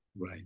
Right